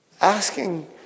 asking